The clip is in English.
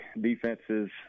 defenses